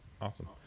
Awesome